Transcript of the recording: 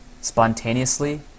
spontaneously